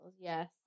Yes